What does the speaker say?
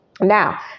Now